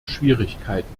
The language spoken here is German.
schwierigkeiten